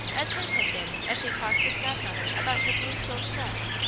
as hers had been as she talked with godmother about her blue silk dress.